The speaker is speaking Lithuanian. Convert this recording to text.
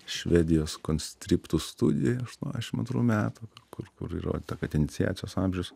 švedijos konstriptų studija aštuoniašim antrų metų kur kur įrodyta kad iniciacijos amžius